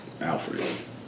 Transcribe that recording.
Alfred